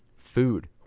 Food